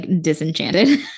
disenchanted